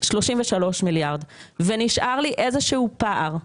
33 מיליארד, ונשאר לי איזשהו פער.